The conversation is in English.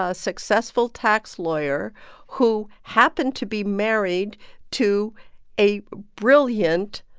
ah successful tax lawyer who happened to be married to a brilliant